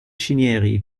cinieri